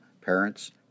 parents